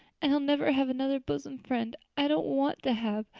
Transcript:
and i'll never have another bosom friend i don't want to have.